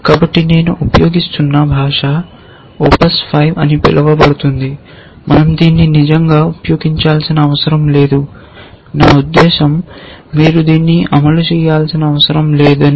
కాబట్టి నేను ఉపయోగిస్తున్న భాష O P S 5 అని పిలువబడుతుంది మనం దీన్ని నిజంగా ఉపయోగించాల్సిన అవసరం లేదు నా ఉద్దేశ్యం మీరు దీన్ని అమలు చేయనవసరం లేదని